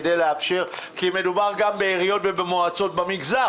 כי מדובר גם על מועצות ועיריות במגזר,